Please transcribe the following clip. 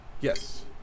Yes